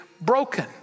broken